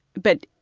but